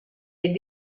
est